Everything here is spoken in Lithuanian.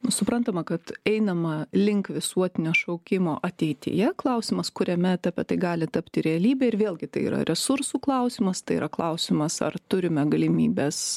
nu suprantama kad einama link visuotinio šaukimo ateityje klausimas kuriame etape tai gali tapti realybe ir vėlgi tai yra resursų klausimas tai yra klausimas ar turime galimybes